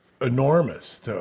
enormous